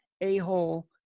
a-hole